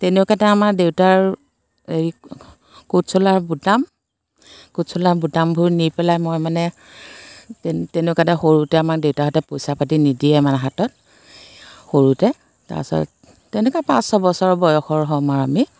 তেনেকুৱাতে আমাৰ দেউতাৰ এই কোট চোলা বুটাম কোট চোলাৰ বুটামবোৰ নি পেলাই মই মানে তেন তেনেকুৱাতে সৰুতে আমাৰ দেউতাহঁতে পইচা পাতি নিদিয়ে মানে হাতত সৰুতে তাৰ পাছত তেনেকুৱা পাঁচ ছবছৰ বয়সৰ হ'ম আৰু আমি